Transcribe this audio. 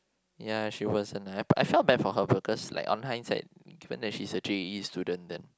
yeah she wasn't I I felt bad for her for of cause on hindsight given that she's a J_A_E student